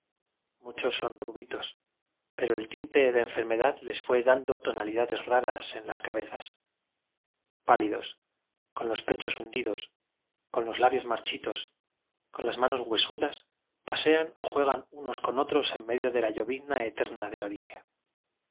chos son rubitos pero el tinte de enferme dad les fue dando tonalidades raras en las cabezas pálidos con los pechos hundi dos con los labios marchitos con las ma nos huesudas pasean o juegan unos con otros enmedio de la llovizna eterna de ga